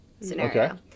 scenario